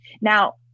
Now